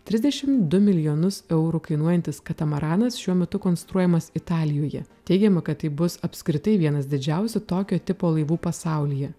trisdešim du milijonus eurų kainuojantis katamaranas šiuo metu konstruojamas italijoje teigiama kad tai bus apskritai vienas didžiausių tokio tipo laivų pasaulyje